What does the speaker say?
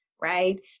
right